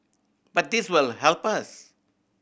but this will help us